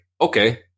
okay